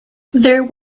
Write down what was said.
there